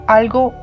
algo